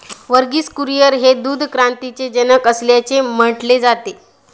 वर्गीस कुरियन हे दूध क्रांतीचे जनक असल्याचे म्हटले जाते